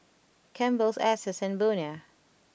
Campbell's Asus and Bonia